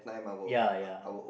ya ya